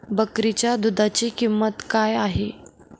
बकरीच्या दूधाची किंमत काय आहे?